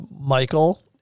Michael